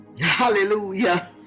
hallelujah